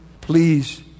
Please